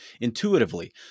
intuitively